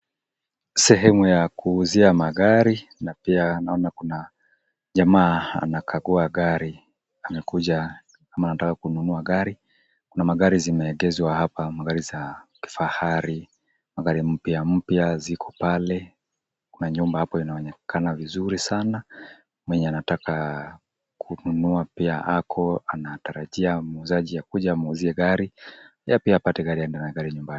Sehemu ya kuuzia magari na pia naona kuna jamaa anakagua gari, amekuja ama anataka kununua gari, kuna magari zimeegeshwa hapa magari za kifahari, magari mpya mpya ziko pale. Kuna nyumba hapo inaonekana vizuri sana. Mwenye anataka kununua pia ako anatarajia muuzaji akuje amuuzie gari, yeye pia apate gari aende nayo nyumbani.